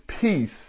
peace